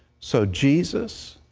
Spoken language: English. so, jesus,